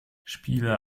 spiele